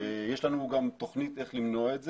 יש לנו גם תכנית איך למנוע את זה,